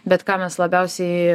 bet ką mes labiausiai